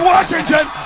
Washington